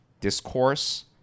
discourse